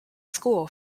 school